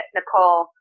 Nicole